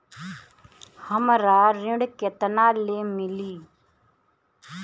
हमरा ऋण केतना ले मिली?